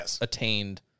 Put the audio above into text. attained